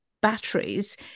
batteries